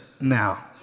now